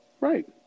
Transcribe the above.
right